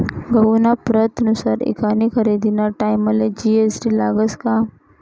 गहूना प्रतनुसार ईकानी खरेदीना टाईमले जी.एस.टी लागस का?